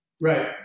Right